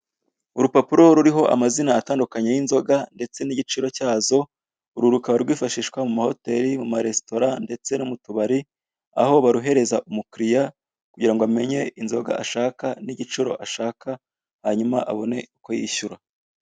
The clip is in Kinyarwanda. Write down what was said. Urupapuro ruriho amazina atandukanye y'inzoga ndetse n'igiciro cyazo, uru rukaba rwifashishwa mu mahoteli, mu maresitora, ndetse no mu tubari, aho baruhereza umukiriya kugira ngo amenye inzoga ashaka, n'igiciro shaka, hanyuma abone uko yishyura.